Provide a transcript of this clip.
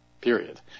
period